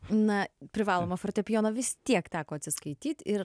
na privalomą fortepijoną vis tiek teko atsiskaityt ir